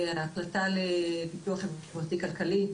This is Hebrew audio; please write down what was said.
ההחלטה לפיתוח חברתי כלכלי,